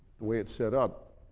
the way it's set up,